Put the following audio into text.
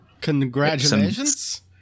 congratulations